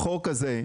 הזה,